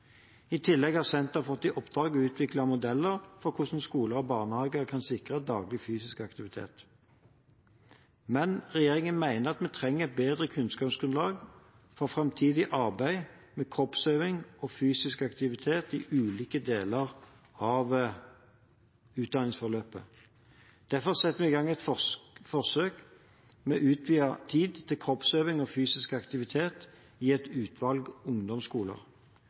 I tillegg har senteret fått i oppdrag å utvikle modeller for hvordan skoler og barnehager kan sikre daglig fysisk aktivitet. Men regjeringen mener at vi trenger et bedre kunnskapsgrunnlag for framtidig arbeid med kroppsøving og fysisk aktivitet i ulike deler av utdanningsløpet. Derfor setter vi i gang et forsøk med utvidet tid til kroppsøving og fysisk aktivitet i et utvalg ungdomsskoler.